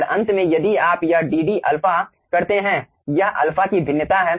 और अंत में यदि आप यह dd अल्फ़ा करते हैं यह अल्फा की भिन्नता है